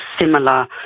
similar